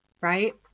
right